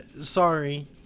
sorry